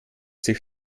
sich